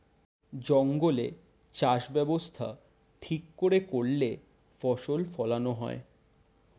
জঙ্গলে চাষ ব্যবস্থা ঠিক করে করলে ফসল ফোলানো হয়